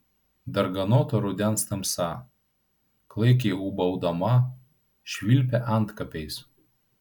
darganota rudens tamsa klaikiai ūbaudama švilpia antkapiais